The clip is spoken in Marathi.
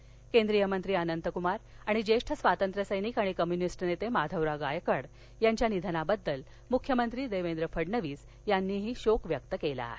श्रद्धांजली केंद्रीय मंत्री अनंतकुमार आणि ज्येष्ठ स्वातंत्र्य सैनिक आणि कम्युनिस्ट नेते माधवराव गायकवाड यांच्या निधनाबद्दल मुख्यमंत्री देवेन्द्र फडणवीस यांनी शोक व्यक्त केला आहे